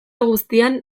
guztian